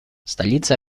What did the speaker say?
столица